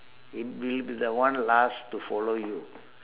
it will be the one last to follow you